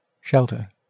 shelter